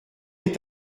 est